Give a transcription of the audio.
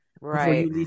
right